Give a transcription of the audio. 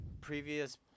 previous